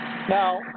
Now